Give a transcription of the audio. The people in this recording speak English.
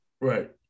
Right